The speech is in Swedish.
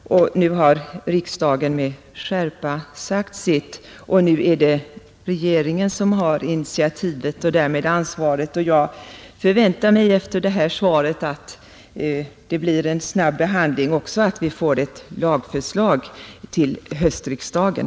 Nu har riksdagen med skärpa sagt sin mening, och för närvarande är det regeringen som har initiativet och därmed ansvaret. Jag förväntar mig efter det här svaret att det blir en snabb behandling och också att vi får ett lagförslag till höstriksdagen.